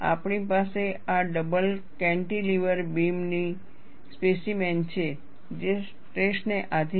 આપણી પાસે આ ડબલ કેન્ટીલીવર બીમ નો સ્પેસીમેન છે જે સ્ટ્રેસને આધિન છે